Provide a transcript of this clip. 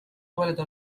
ولد